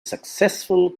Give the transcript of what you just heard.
successful